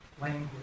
language